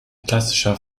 klassischer